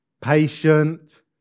patient